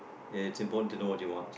it's important to know what you want